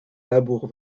labour